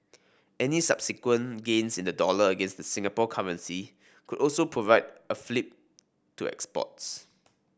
any subsequent gains in the dollar against the Singapore currency could also provide a fillip to exports